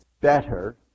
better